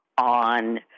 on